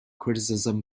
criticism